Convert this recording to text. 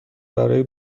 برای